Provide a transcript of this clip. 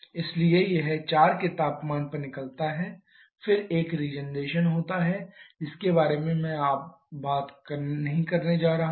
इसलिए यह 4 के तापमान पर निकलता है फिर एक रीजेनरेशन होता है जिसके बारे में मैं अब बात नहीं करने जा रहा हूं